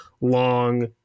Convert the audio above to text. long